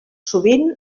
sovint